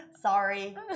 Sorry